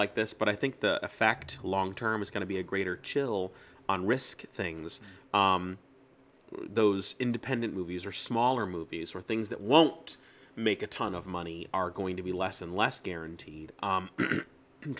like this but i think the fact long term is going to be a greater chill on risky things those independent movies or smaller movies or things that won't make a ton of money are going to be less and less guaranteed